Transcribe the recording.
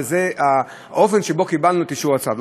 זה האופן שבו קיבלנו את אישור הצו.